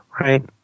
right